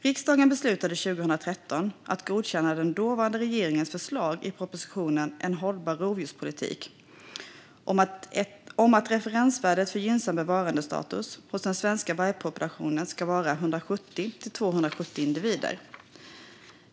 Riksdagen beslutade 2013 att godkänna den dåvarande regeringens förslag i propositionen En hållbar rovdjurspolitik att referensvärdet för gynnsam bevarandestatus hos den svenska vargpopulationen ska vara 170-270 individer.